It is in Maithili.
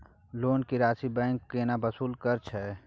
लोन के राशि बैंक केना वसूल करे छै?